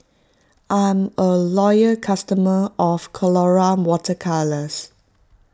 I'm a loyal customer of Colora Water Colours